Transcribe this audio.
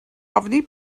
ofni